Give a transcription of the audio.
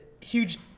huge